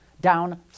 down